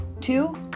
Two